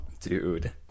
Dude